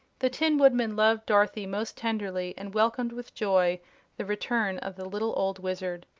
the tin woodman loved dorothy most tenderly, and welcomed with joy the return of the little old wizard.